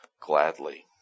gladly